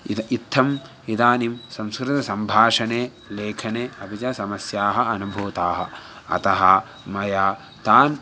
इद इत्थम् इदानीं संस्कृतसम्भाषणे लेखने अपि च समस्याः अनुभूताः अतः मया तान्